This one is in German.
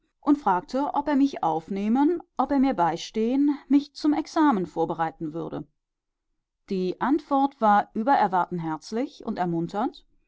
und fragte ob er mich aufnehmen ob er mir beistehen mich zum examen vorbereiten würde die antwort war über erwarten herzlich und ermunternd